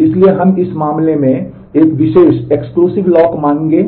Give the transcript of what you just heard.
इसलिए हम इस मामले में एक विशेष लॉक मानेंगे